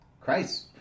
Christ